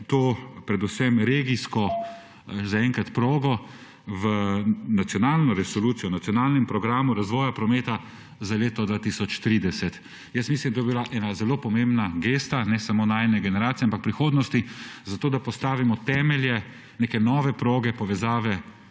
predvsem regijsko – progo v Resolucijo o nacionalnem programu razvoja prometa za leto 2030. Mislim, da bi to bila zelo pomembna gesta ne samo najine generacije, ampak prihodnosti za to, da postavimo temelje neke nove proge, povezave